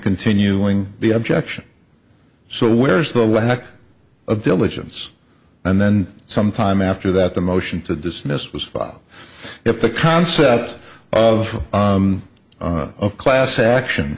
continuing the objection so where's the lack of diligence and then some time after that the motion to dismiss was filed if the concept of a class action